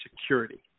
security